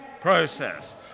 process